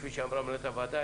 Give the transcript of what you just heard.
כפי שאמרה מנהלת הוועדה.